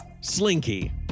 Slinky